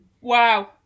wow